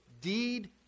deed